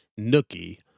Nookie